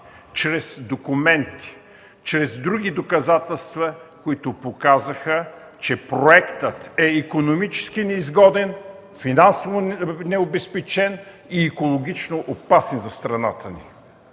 чрез документи, чрез други доказателства показаха, че проектът е икономически неизгоден, финансово необезпечен и екологично опасен за страната ни.